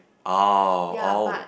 oh oh